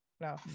No